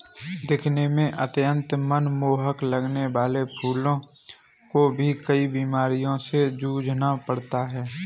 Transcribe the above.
दिखने में अत्यंत मनमोहक लगने वाले फूलों को भी कई बीमारियों से जूझना पड़ता है